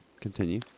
Continue